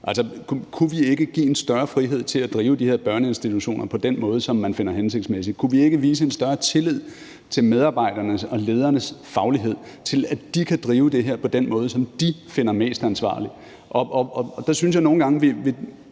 Kunne vi ikke give en større frihed til at drive de her børneinstitutioner på den måde, som man finder hensigtsmæssig? Kunne vi ikke vise en større tillid til medarbejdernes og ledernes faglighed, så de kan drive det her på den måde, som de finder mest ansvarlig? Der synes jeg nogle gange,